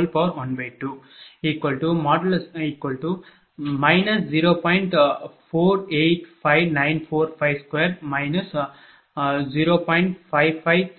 r21x2P22Q2212 0